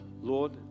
Lord